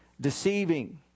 Deceiving